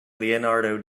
leonardo